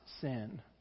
sin